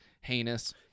heinous